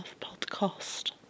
podcast